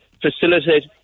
facilitate